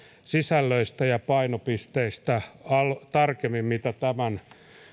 sisällöistä ja painopisteistä mitä tämän